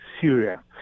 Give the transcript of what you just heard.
Syria